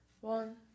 One